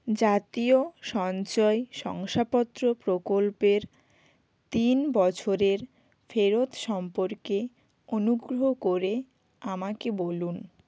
জাতীয় সঞ্চয় শংসাপত্র প্রকল্পের তিন বছরের ফেরত সম্পর্কে অনুগ্রহ করে আমাকে বলুন